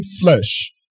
flesh